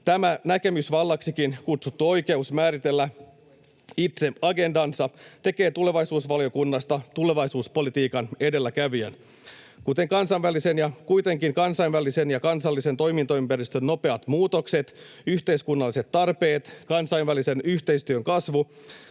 Tämä näkemysvallaksikin kutsuttu oikeus määritellä itse agendansa tekee tulevaisuusvaliokunnasta tulevaisuuspolitiikan edelläkävijän. Kuitenkin kansainvälisen ja kansallisen toimintaympäristön nopeat muutokset, yhteiskunnalliset tarpeet, kansainvälisen yhteistyön kasvu